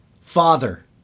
Father